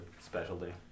specialty